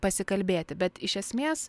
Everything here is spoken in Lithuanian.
pasikalbėti bet iš esmės